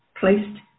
placed